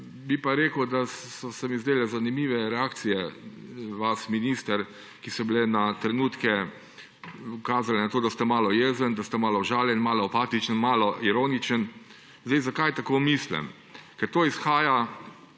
Bi pa rekel, da so se mi zdele zanimive reakcije vas, minister, ki so na trenutke kazale na to, da ste malo jezni, malo užaljeni, malo apatični, malo ironični. Zakaj tako mislim? Ker to izhaja